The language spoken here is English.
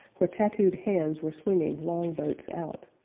where tattooed hands were swinging long-boats out.